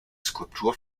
skulptur